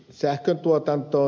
sähkön tuotantoa